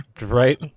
right